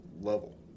level